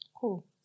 Cool